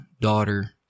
daughter